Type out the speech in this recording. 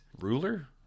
ruler